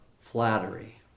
flattery